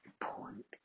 point